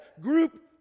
Group